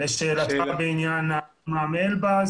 לשאלתך לגבי השייח' אלבז